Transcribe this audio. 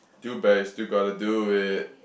too bad you still got to do it